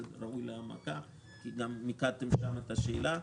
זה ראוי להעמקה כי גם מיקדתם שם את השאלה,